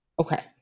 Okay